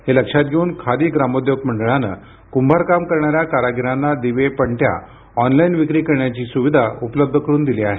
हे लक्षात घेऊन खादी ग्रामोद्योग मंडळानं कुंभार काम करणाऱ्या कारागिरांना दिवे पणत्या ऑनलाइन विक्री करण्याची सुविधा उपलब्ध करून दिली आहे